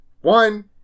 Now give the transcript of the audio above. one